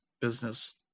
business